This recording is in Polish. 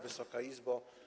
Wysoka Izbo!